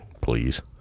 please